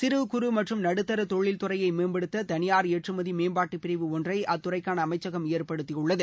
சிறு குறு மற்றும் நடுத்தர தொழில் துறையை மேம்படுத்த தனியா ஏற்றுமதி மேம்பாட்டு பிரிவு ஒன்றை அத்துறைக்கான அமைச்சகம் ஏற்படுத்தியுள்ளது